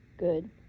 Good